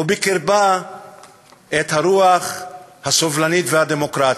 ובקרבה את הרוח הסובלנית והדמוקרטית,